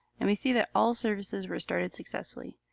and we see that all services were started successfully.